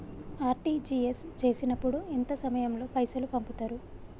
RTGS చేసినప్పుడు ఎంత సమయం లో పైసలు పంపుతరు?